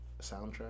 soundtrack